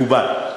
מקובל.